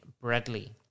Bradley